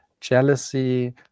jealousy